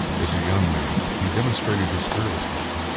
as a young man he demonstrated his fearlessness,